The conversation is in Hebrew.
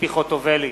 ציפי חוטובלי,